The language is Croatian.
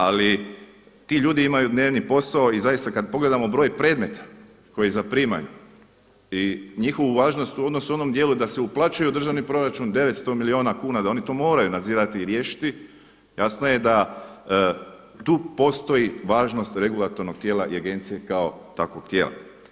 Ali ti ljudi imaju dnevni posao i zaista kada pogledamo broj predmeta koji zaprimaju i njihovu važnost u odnosu u onom dijelu da se uplaćuje u državni proračun 900 milijuna kuna, da oni to moraju nadzirati i riješiti, jasno je da tu postoji važnost regulatornog tijela i agencije kao takvog tijela.